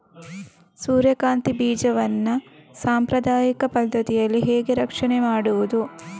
ಸೂರ್ಯಕಾಂತಿ ಬೀಜವನ್ನ ಸಾಂಪ್ರದಾಯಿಕ ಪದ್ಧತಿಯಲ್ಲಿ ಹೇಗೆ ರಕ್ಷಣೆ ಮಾಡುವುದು